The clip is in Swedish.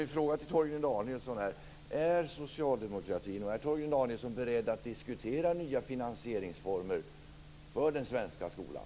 Min fråga till Torgny Danielsson är: Är socialdemokratin och Torgny Danielsson beredd att diskutera nya finansieringsformer för den svenska skolan?